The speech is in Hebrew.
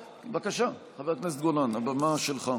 בבקשה, חבר הכנסת גולן, הבמה שלך.